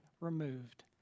removed